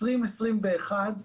2021,